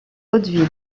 hauteville